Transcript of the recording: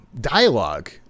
Dialogue